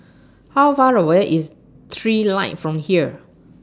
How Far away IS Trilight from here